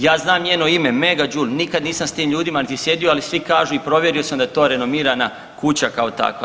Ja znam njeno ime Megajoule, nikad nisam s tim ljudima niti sjedio ali svi kažu i provjerio sam da je to renomirana kuća kao takva.